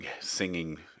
singing